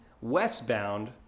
westbound